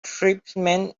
tribesmen